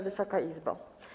Wysoka Izbo!